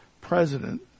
President